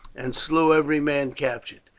and slew every man captured.